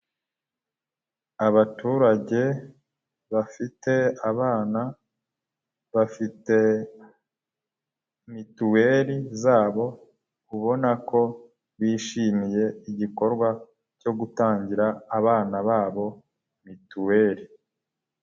Abaturage bafite abana, bafite mituweli zabo, ubona ko bishimiye igikorwa cyo gutangira abana babo mituweli.